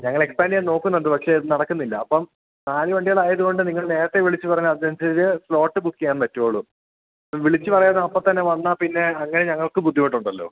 ഞങ്ങള് എക്സ്പാൻറ്റ് ചെയ്യാന് നോക്കുന്നുണ്ട് പക്ഷേ നടക്കുന്നില്ല അപ്പം നാല് വണ്ടികളായതുകൊണ്ട് നിങ്ങള് നേരത്തെ വിളിച്ചുപറഞ്ഞാല് അതിനനുസരിച്ചേ സ്ലോട്ട് ബുക്ക് ചെയ്യാന് പറ്റുകയുള്ളൂ വിളിച്ചുപറയാതെ ഇപ്പോള്ത്തന്നെ വന്നാല്പ്പിന്നെ അങ്ങനെ ഞങ്ങൾക്കും ബുദ്ധിമുട്ടുണ്ടല്ലോ